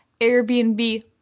Airbnb